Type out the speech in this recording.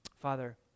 Father